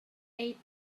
eight